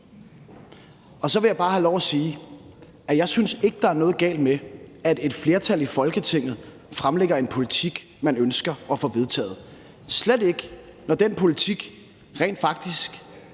Og så vil jeg bare have lov at sige, at jeg synes ikke, der er noget galt med, at et flertal i Folketinget fremlægger en politik, man ønsker at få vedtaget. Og det synes jeg slet ikke, når den politik rent faktisk